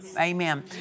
Amen